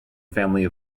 family